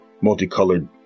multicolored